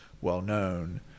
well-known